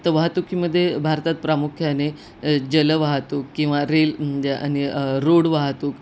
तर वाहतुकीमध्ये भारतात प्रामुख्याने जल वाहतूक किंवा रेल म्हणजे आणि रोड वाहतूक